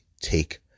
take